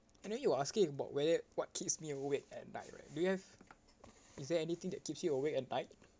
and then you were asking about whether what keeps me awake at night right do you have is there anything that keeps you awake at night